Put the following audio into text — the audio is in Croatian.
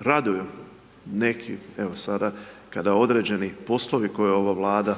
raduju neki, evo sada kada određeni poslovi koje ova Vlada